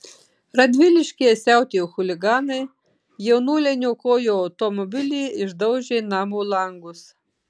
radviliškyje siautėjo chuliganai jaunuoliai niokojo automobilį išdaužė namo langus